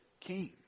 King